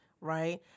right